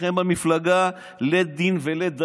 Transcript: אצלכם במפלגה לית דין ולית דיין.